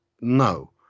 no